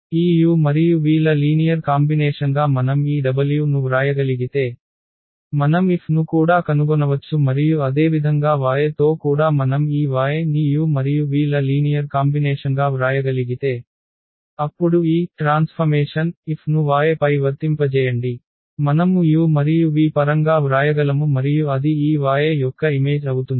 ఈ u మరియు v ల లీనియర్ కాంబినేషన్గా మనం ఈ w ను వ్రాయగలిగితే మనం F ను కూడా కనుగొనవచ్చు మరియు అదేవిధంగా y తో కూడా మనం ఈ y ని u మరియు v ల లీనియర్ కాంబినేషన్గా వ్రాయగలిగితే అప్పుడు ఈ పరివర్తన F ను y పై వర్తింపజేయండి మనము u మరియు v పరంగా వ్రాయగలము మరియు అది ఈ y యొక్క ఇమేజ్ అవుతుంది